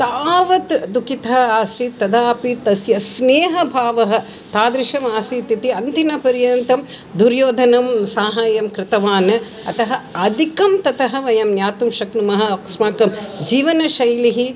तावत् दुःखितः आसीत् तदापि तस्य स्नेहभावः तादृशमासीत् इति अन्तिमपर्यन्तं दुर्योधनं साहाय्यं कृतवान् अतः अधिकं ततः वयं ज्ञातुं शक्नुमः अस्माकं जीवनशैलिः